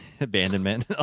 abandonment